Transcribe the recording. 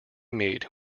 meet